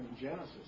Genesis